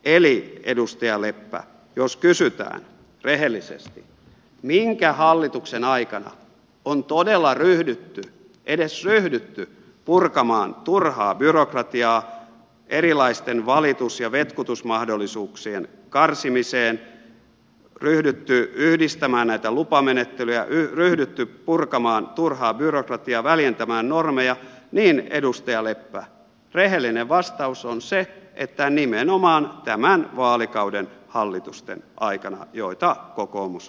eli edustaja leppä jos kysytään rehellisesti minkä hallituksen aikana on todella ryhdytty edes ryhdytty purkamaan turhaa byrokratiaa erilaisten valitus ja vetkutusmadollisuuksien karsimiseen ryhdytty yhdistämään näitä lupamenettelyjä ryhdytty purkamaan turhaa byrokratiaa väljentämään normeja niin edustaja leppä rehellinen vastaus on se että nimenomaan tämän vaalikauden hallitusten aikana joita kokoomus on johtanut